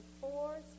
four